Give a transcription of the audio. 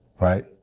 right